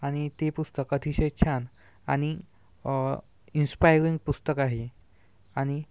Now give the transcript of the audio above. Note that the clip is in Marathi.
आणि ते पुस्तक अतिशय छान आणि इन्स्पायरिंग पुस्तक आहे आणि